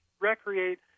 recreate